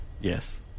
yes